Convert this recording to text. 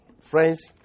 Friends